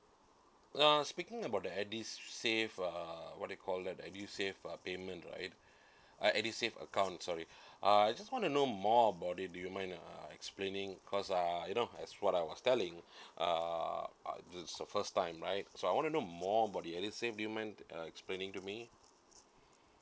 uh speaking about the edusave uh what they call that edusave uh payment right uh edusave account sorry uh I just want to know more about it do you mind uh explaining cause uh as what I was telling uh this is first time right so I want to know more about the edusave do you mind uh explaining to me